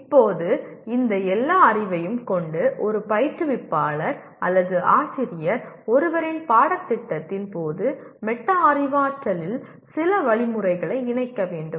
இப்போது இந்த எல்லா அறிவையும் கொண்டு ஒரு பயிற்றுவிப்பாளர் அல்லது ஆசிரியர் ஒருவரின் பாடத்திட்டத்தின் போது மெட்டா அறிவாற்றலில் சில வழிமுறைகளை இணைக்க வேண்டும்